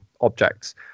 objects